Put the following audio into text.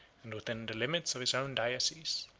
and within the limits of his own diocese.